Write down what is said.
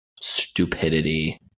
Stupidity